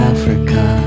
Africa